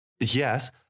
yes